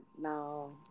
no